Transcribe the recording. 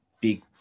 big